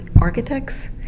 architects